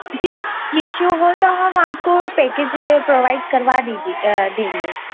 जी कोई इशू हो तो हम आपको पैकेज प्रोवाइड करवा दीजिए देंगे